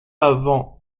avant